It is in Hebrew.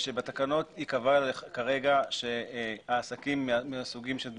שבתקנות ייקבע כרגע שהעסקים מהסוגים עליהם